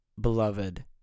beloved